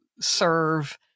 serve